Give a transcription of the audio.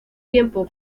tiempo